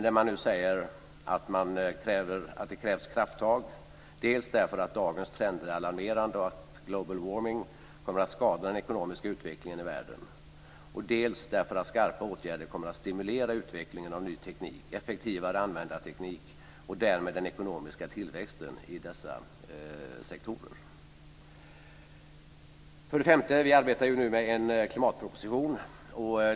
Där säger man nu att det krävs krafttag, dels därför att dagens trender är alarmerande och att global warming kommer att skada den ekonomiska utvecklingen i världen, dels därför att skarpa åtgärder kommer att stimulera utvecklingen av ny teknik, effektivare användning av teknik och därmed den ekonomiska tillväxten i dessa sektorer. Vi arbetar nu med en klimatproposition.